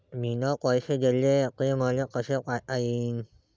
मिन पैसे देले, ते मले कसे पायता येईन?